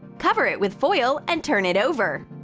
cover it with foil. and turn it over.